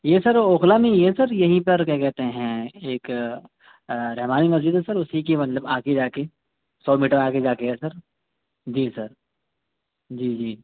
یہ سر اوکھلا میں ہی ہے سر یہیں پر کیا کہتے ہیں ایک رحمانی مسجد ہے سر اُسی کی مطلب آگے جا کے سو میٹر آگے جا کے ہے سر جی سر جی جی